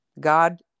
God